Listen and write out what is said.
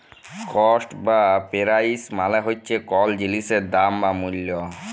cost বা price মালে হছে কল জিলিসের দাম বা মূল্য